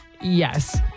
Yes